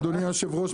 אדוני היושב ראש,